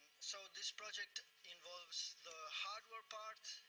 so this project involves the hardware part,